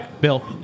Bill